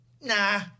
nah